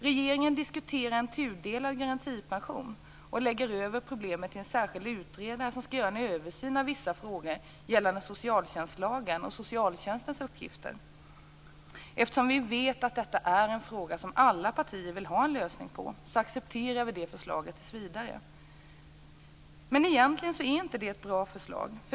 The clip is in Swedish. Regeringen diskuterar en tudelad garantipension och lägger över problemet på en särskild utredare som skall göra en översyn av vissa frågor gällande socialtjänstlagen och socialtjänstens uppgifter. Eftersom vi vet att detta är en fråga som alla partier vill ha en lösning på accepterar vi det förslaget tills vidare. Men egentligen är det inte ett bra förslag.